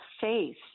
faith